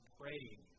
praying